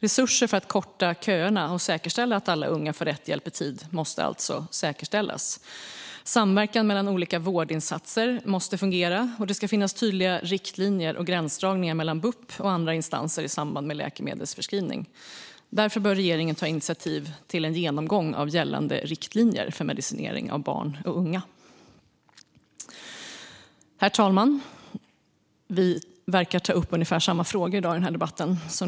Resurser för att korta köerna och säkerställa att alla unga får rätt hjälp i tid måste alltså säkerställas. Samverkan mellan olika vårdinsatser måste fungera, och det ska finnas tydliga riktlinjer och gränsdragningar mellan bup och andra instanser i samband med läkemedelsförskrivning. Därför bör regeringen ta initiativ till en genomgång av gällande riktlinjer för medicinering av barn och unga. Herr talman! Vi verkar ta upp ungefär samma frågor i den här debatten.